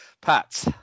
Pat